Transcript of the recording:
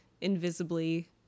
invisibly